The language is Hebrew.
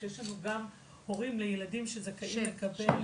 ויש לנו גם הורים לילדים שזכאים לקבל,